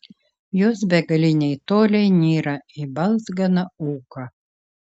jos begaliniai toliai nyra į balzganą ūką